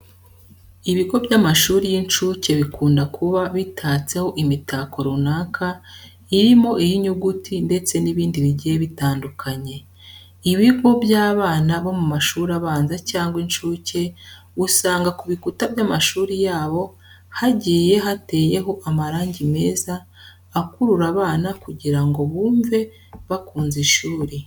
Ibigo by'amashuri y'inshuke bikunda kuba bitatseho imitako runaka irimo iy'inyuguti ndetse n'ibindi bigiye bitandukanye. Ibigo by'abana bo mu mashuri abanza cyangwa inshuke usanga ku bikuta by'amashuri yabo hagiye hateyeho amarangi meza akurura abana kugira ngo bumve bakunze ishuri.